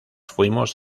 fuimos